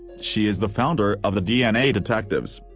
she is the founder of the dna detectives.